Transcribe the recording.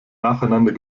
nacheinander